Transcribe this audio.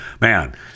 Man